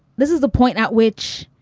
this is the point at which.